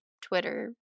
Twitter